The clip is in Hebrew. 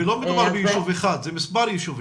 ולא מדובר בישוב אחד, זה מספר ישובים.